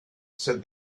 said